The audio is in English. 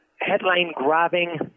headline-grabbing